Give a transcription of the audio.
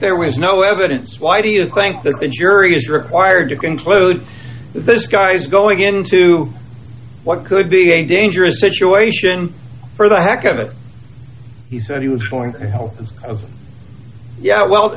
there was no evidence why do you think the jury is required to conclude this guy's going into what could be a dangerous situation for the heck of it he said he was going